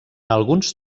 alguns